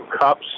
cups